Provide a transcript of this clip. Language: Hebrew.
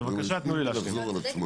בבקשה תנו לי להשלים.